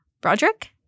Broderick